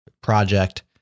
project